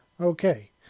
Okay